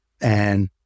And-